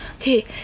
okay